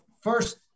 first